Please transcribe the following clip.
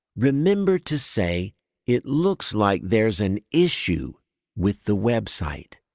remember to say it looks like there's an issue with the website,